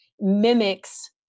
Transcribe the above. mimics